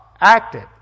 acted